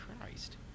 Christ